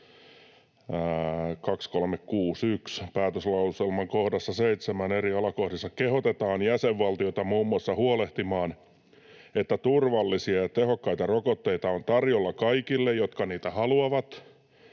Päätöslauselman kohdassa 7 eri alakohdissa kehotetaan jäsenvaltioita muun muassa huolehtimaan, että turvallisia ja tehokkaita rokotteita on tarjolla kaikille, jotka niitä haluavat,